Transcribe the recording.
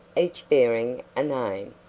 each bearing a name,